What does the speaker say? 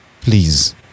please